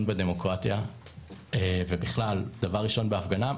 בדמוקרטיה ובכלל דבר ראשון בהפגנה,